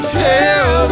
tell